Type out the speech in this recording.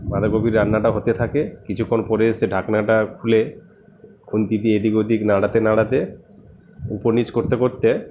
বাঁধাকপি রান্নাটা হতে থাকে কিছুক্ষণ পরে এসে ঢাকনাটা খুলে খুন্তি দিয়ে এদিক ওদিক নাড়াতে নাড়াতে উপর নীচ করতে করতে